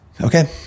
Okay